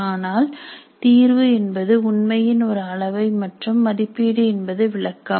ஆனால் தீர்வு என்பது உண்மையின் ஒரு அளவை மற்றும் மதிப்பீடு என்பது விளக்கம்